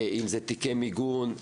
אם זה תיקי מיגון,